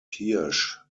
hirsch